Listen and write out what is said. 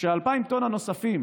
ש-2,000 טונה נוספים